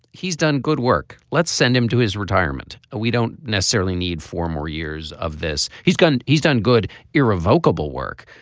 he's done good work. let's send him to his retirement. we don't necessarily need four more years of this. he's gone. he's done good irrevocable work.